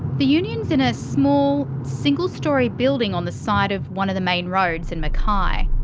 the union's in a small, single storey building on the side of one of the main roads in mackay.